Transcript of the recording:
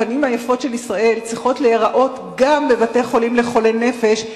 הפנים היפות של ישראל צריכות להיראות גם בבתי-חולים לחולי נפש,